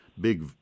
big